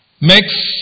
makes